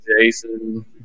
Jason